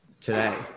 today